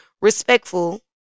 respectful